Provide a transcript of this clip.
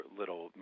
little